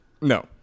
No